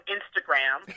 Instagram